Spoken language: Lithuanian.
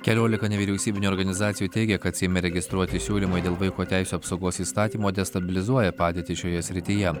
keliolika nevyriausybinių organizacijų teigia kad seime registruoti siūlymai dėl vaiko teisių apsaugos įstatymo destabilizuoja padėtį šioje srityje